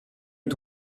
est